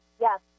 Yes